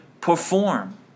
perform